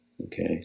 okay